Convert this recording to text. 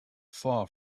far